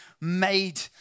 made